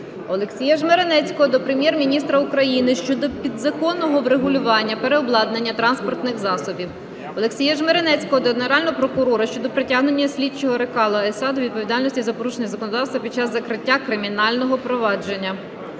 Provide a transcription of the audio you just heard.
Олексія Жмеренецького до Прем'єр-міністра України щодо підзаконного врегулювання переобладнання транспортних засобів. Олексія Жмеренецького до Генерального прокурора щодо притягнення слідчого Рекало С.А. до відповідальності за порушення законодавства під час закриття кримінального провадження.